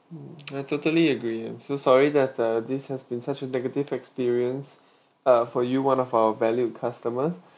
mm I totally agree and I'm so sorry that uh this has been such a negative experience uh for you one of our valued customers